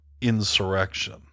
insurrection